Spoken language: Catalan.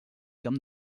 camp